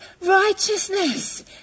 righteousness